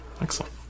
Excellent